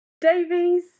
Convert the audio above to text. Davies